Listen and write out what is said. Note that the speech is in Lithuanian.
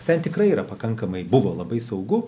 ten tikrai yra pakankamai buvo labai saugu